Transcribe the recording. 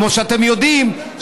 כמו שאתם יודעים,